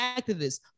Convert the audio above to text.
activists